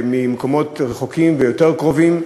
ממקומות רחוקים ויותר קרובים.